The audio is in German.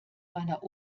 meiner